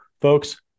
Folks